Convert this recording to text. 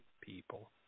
people